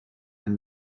man